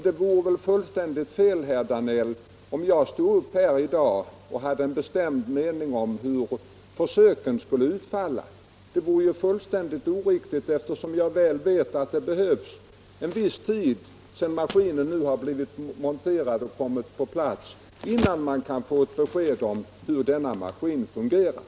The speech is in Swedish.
Det vore väl helt felaktigt av mig att stå upp här i dag och ha en bestämd mening om hur försöken skall utfalla. Det vore fullständigt oriktigt, eftersom jag väl vet att det behövs en viss tid, sedan maskinen nu har blivit monterad och kommit på plats, innan man kan få ett besked om hur denna maskin fungerar.